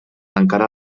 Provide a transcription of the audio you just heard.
encara